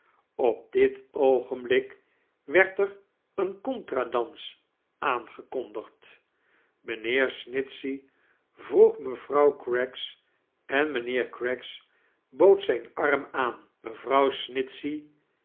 op dit oogenblik weid er een contra-dans aangekondigd mynheer snitohey vroeg mevrouw craggs en mijnheer craggs bood zijn arm aan mevrouw